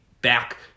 back